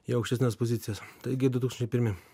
į aukštesnes pozicijas taigi du tūkstančiai pirmi